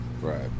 right